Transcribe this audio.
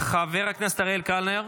חבר הכנסת אריאל קלנר,